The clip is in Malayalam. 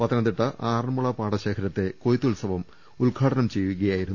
പത്തനം തിട്ട ആറന്മുള പാടശേഖരത്തെ കൊയ്ത്തുത്സവം ഉദ്ഘാടനം ചെയ്യു കയായിരുന്നു മന്ത്രി